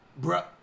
Bruh